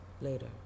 later